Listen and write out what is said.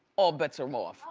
all bets are off.